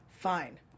Fine